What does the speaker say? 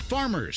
Farmers